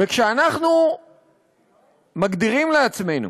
כשאנחנו מגדירים לעצמנו